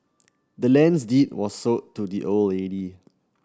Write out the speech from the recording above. the land's deed was sold to the old lady